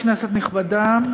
כנסת נכבדה,